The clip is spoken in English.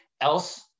else